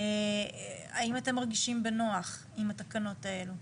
האם אתם מרגישים בנוח עם התקנות האלו?